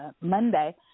Monday